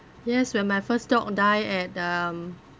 yes when my first dog die at um